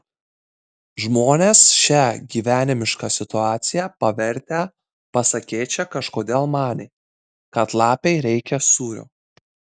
žmonės šią gyvenimišką situaciją pavertę pasakėčia kažkodėl manė kad lapei reikia sūrio